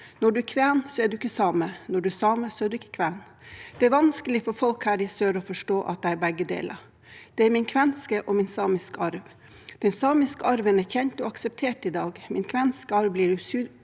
Når du er kven, er du ikke same. Når du er same, er du ikke kven. Det er vanskelig for folk her i sør å forstå at jeg er begge deler. Det er min kvenske og min samiske arv. Den samiske arven er kjent og akseptert i dag. Min kvenske arv blir